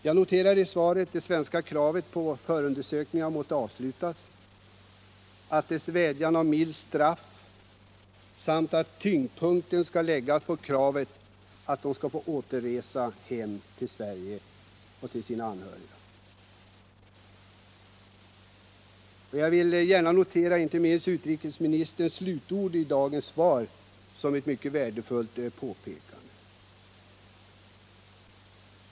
Jag noterar i svaret det svenska kravet på att förundersökningen avslutas, att man har vädjat om milt straff samt att tyngdpunkten läggs på kravet att de båda svenskarna skall få resa hem till Sverige. Inte minst vill jag notera utrikesministerns slutord i dagens svar som ett mycket värdefullt påpekande.